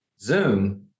Zoom